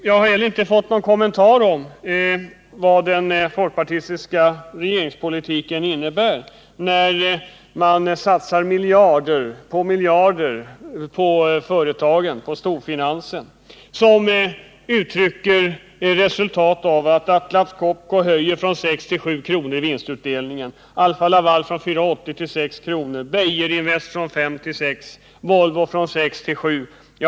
Jag har heller inte fått någon kommentar om vad den folkpartistiska regeringspolitiken innebär, när man satsar miljarder och åter miljarder på företagen, på storfinansen, vilket ger till resultat att Atlas Copco höjer vinstutdelningen från 6 till 7 kr., Alfa-Laval från 4:80 till 6 kr., Beijerinvest från Still 6 kr., Volvo från 6 till 7 kr.